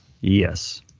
Yes